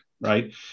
right